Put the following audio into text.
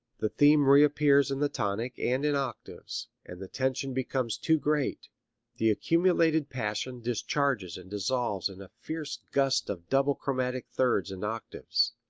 the theme reappears in the tonic and in octaves, and the tension becomes too great the accumulated passion discharges and dissolves in a fierce gust of double chromatic thirds and octaves.